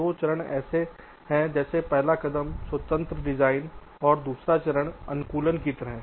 दो चरण ऐसे हैं जैसे पहला कदम स्वतंत्र डिजाइन है और दूसरा चरण अनुकूलन की तरह है